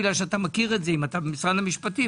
כי אם אתה במשרד המשפטים,